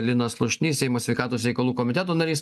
linas slušnys seimo sveikatos reikalų komiteto narys